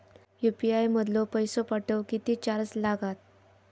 UPI मधलो पैसो पाठवुक किती चार्ज लागात?